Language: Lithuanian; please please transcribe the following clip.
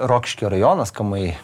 rokiškio rajonas kamajai